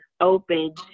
open